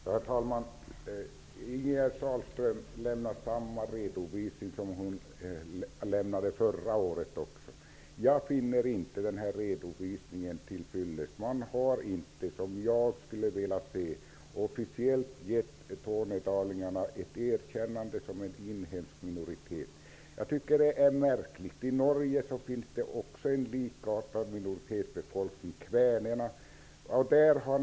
Herr talman! Ingegerd Sahlström lämnar samma redovisning som hon lämnade förra året. Jag finner inte denna redovisning till fyllest. Man har inte officiellt gett tornedalingarna ett erkännande som en inhemsk minoritet. Det är märkligt. I Norge finns det en likartad minoritetsbefolkning: kvenerna.